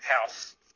house